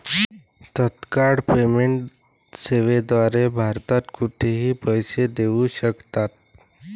तत्काळ पेमेंट सेवेद्वारे भारतात कुठेही पैसे देऊ शकतात